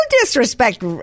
disrespect